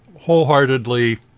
wholeheartedly